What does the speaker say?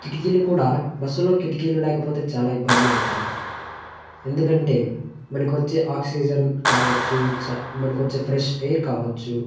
కిటికీలు కూడా బస్సులో కిటికీలు లేకపోతే చాలా ఇబ్బంది అవుతుంది ఎందుకంటే మనకు వచ్చే ఆక్సిజన్ కావచ్చు చ మనకొచ్చే ఫ్రెష్ ఎయిర్ కావచ్చు